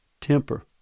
temper